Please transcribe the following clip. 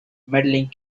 medaling